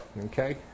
okay